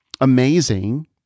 amazing